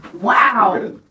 Wow